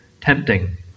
tempting